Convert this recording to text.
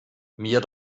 mir